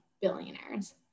billionaires